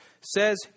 says